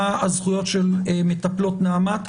מה הזכויות של מטפלות נעמ"ת.